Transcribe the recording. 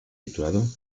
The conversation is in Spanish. titulado